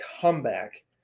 comeback